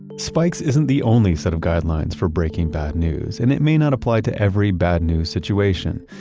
spikes isn't the only set of guidelines for breaking bad news and it may not apply to every bad news situation.